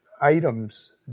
items